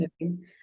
living